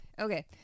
Okay